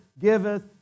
giveth